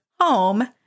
home